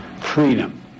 freedom